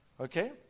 Okay